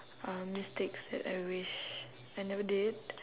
uh mistakes that I wish I never did